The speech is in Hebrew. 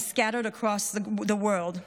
is scattered across the world,